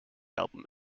album